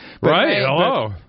Right